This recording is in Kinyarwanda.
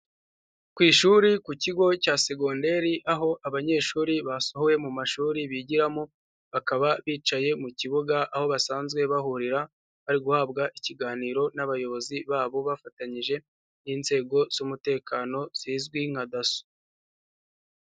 Ku ishuri ku kigo cya Secondaire aho abanyeshuri basohowe mu mashuri bigiramo bakaba bicaye mu kibuga aho basanzwe bahurira bari guhabwa ikiganiro n'abayobozi babo bafatanyije n'inzego z'umutekano zizwi nka "Dasso".